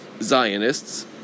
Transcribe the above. Zionists